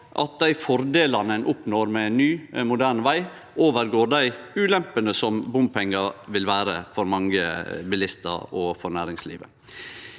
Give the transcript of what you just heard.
at dei fordelane ein oppnår med ein ny og moderne veg, overgår dei ulempene som bompengar vil vere for mange bilistar og for næringslivet.